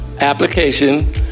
application